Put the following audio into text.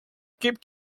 keep